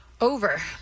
Over